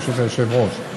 ברשות היושב-ראש.